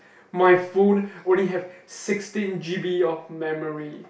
my phone only have sixteen g_b of memory